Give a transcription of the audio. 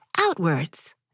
outwards